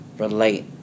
relate